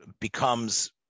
becomes